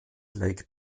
lake